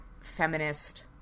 feminist